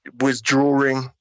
withdrawing